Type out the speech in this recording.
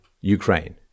Ukraine